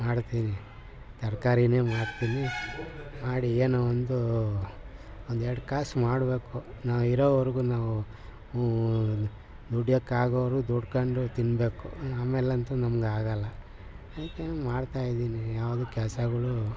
ಮಾಡ್ತೀನಿ ತರಕಾರಿನೇ ಮಾರ್ತೀನಿ ಮಾಡಿ ಏನೋ ಒಂದು ಒಂದೆರಡು ಕಾಸು ಮಾಡಬೇಕು ನಾ ಇರೋವರೆಗೂ ನಾವು ದುಡಿಯೋಕ್ಕಾಗೋವರೆಗೂ ದುಡ್ಕೊಂಡು ತಿನ್ನಬೇಕು ಆಮೇಲಂತೂ ನಮಗಾಗಲ್ಲ ಅದಕ್ಕೆ ಏನೋ ಮಾಡ್ತಾಯಿದೀನಿ ಯಾವುದು ಕೆಲಸಗಳು